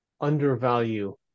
undervalue